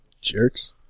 jerks